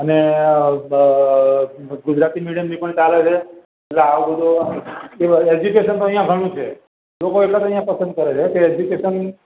અને ગુજરાતી મીડિયમની પણ ચાલે છે એટલે આવું બધું શું કહેવાય એજ્યુકેશન તો અહીંયા ઘણું છે લોકો એટલે જ અહીંયા પસંદ કરે છે કે એજ્યુકેશન